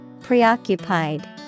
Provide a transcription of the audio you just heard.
Preoccupied